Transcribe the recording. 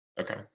Okay